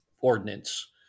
ordinance